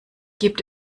gibt